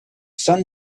sun